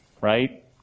Right